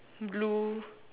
blue